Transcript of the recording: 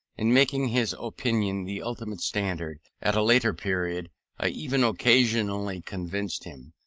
and making his opinion the ultimate standard. at a later period i even occasionally convinced him,